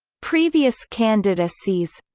previous candidacies